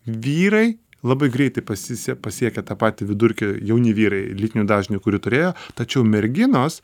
vyrai labai greitai pasise pasiekia tą patį vidurkį jauni vyrai lytinių dažnių kurį turėjo tačiau merginos